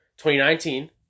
2019